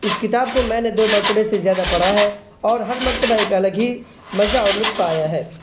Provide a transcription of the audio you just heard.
اس کتاب کو میں نے دو مرتبہ سے زیادہ پڑھا ہے اور ہر مرتبہ ایک الگ ہی مزہ اور لطف آیا ہے